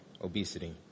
obesity